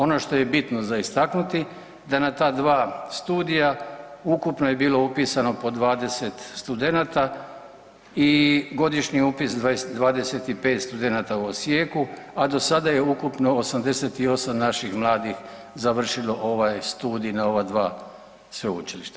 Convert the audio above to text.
Ono što je bitno za istaknuti da na ta dva studija ukupno je bilo upisano po 20 studenata i godišnji upis 25 studenata u Osijeku, a do sada je ukupno 88 naših mladih završilo ovaj studij na ova dva sveučilišta.